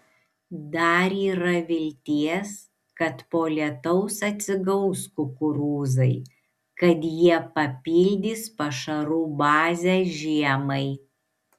dar yra vilties kad po lietaus atsigaus kukurūzai kad jie papildys pašarų bazę žiemai